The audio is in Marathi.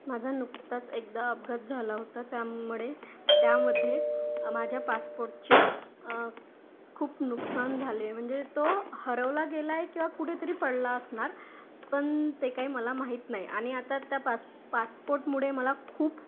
माझा नुकताच एकदा अपघात झाला होता त्यामुळे त्यामध्ये माझ्या पासपोर्टचे खूप नुकसान झाले म्हणजे तो हरवला गेला आहे किंवा कुठे तरी पडला असणार पण ते काही मला माहीत नाही आणि आता त्या पास पासपोर्टमुळे मला खूप